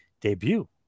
debut